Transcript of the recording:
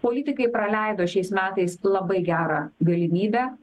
politikai praleido šiais metais labai gerą galimybę